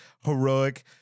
heroic